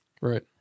Right